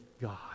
God